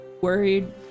worried